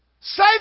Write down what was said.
Say